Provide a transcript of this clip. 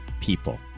people